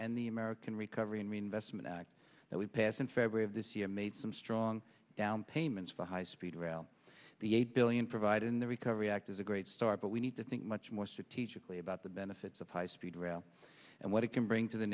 and the american recovery and reinvestment act that we passed in february of this year made some strong down payments for high speed rail the eight billion provide in the recovery act is a great start but we need to think much more strategically about the benefits of high speed rail and what it can bring to the